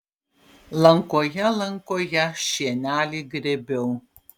lankoje lankoje šienelį grėbiau